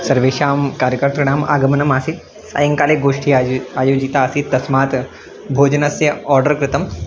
सर्वेषां कार्यकर्तॄणाम् आगमनम् आसीत् सायङ्काले गोष्ठी आयो आयोजिता आसीत् तस्मात् भोजनस्य आर्डर् कृतम्